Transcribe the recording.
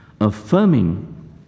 affirming